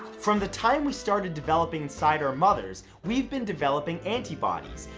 from the time we started developing inside our mothers, we've been developing antibodies,